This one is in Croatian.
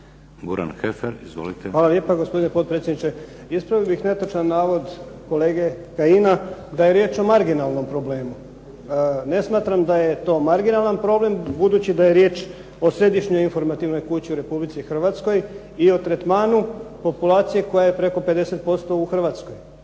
Goran (SDP)** Hvala lijepa gospodine potpredsjedniče, ispravio bih netočan navod kolege Kajina da je riječ o marginalnom problemu, ne smatram da je to marginalni problem budući da je riječ o središnjoj informativnoj kući u Republici Hrvatskoj i o tretmanu populacije koja je preko 50% u Hrvatskoj.